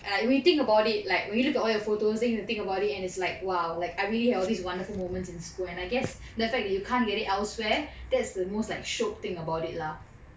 and like we think about it and like when you look at all your photos then you think about it and it's like !wow! like I really had all these wonderful moments in school and I guess the fact that you can't get it elsewhere that's the most like shiok thing about it lah